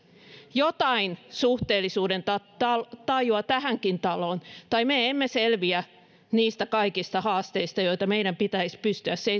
jotain suhteellisuudentajua tähänkin taloon tai me emme selviä kaikista niistä haasteista joita meidän pitäisi pystyä